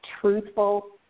truthful